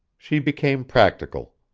she became practical.